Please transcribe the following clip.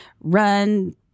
run